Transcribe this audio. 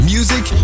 Music